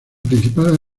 principal